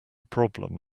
problem